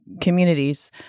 communities